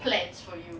plans for you